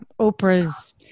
Oprah's